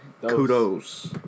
Kudos